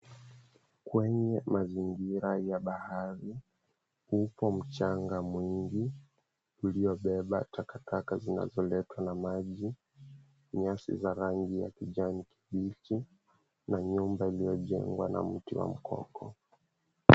Kwenye mazingira ya bahari iko mchanga mwingi uliobeba takataka zinazoletwa na maji, nyasi za rangi ya kijanikibichi na nyumba iliyojengwa na mti wa mkoko.